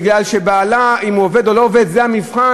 מפני שאם בעלה עובד או לא עובד זה המבחן?